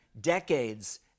decades